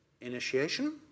initiation